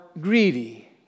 greedy